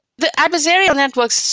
the adversarial networks,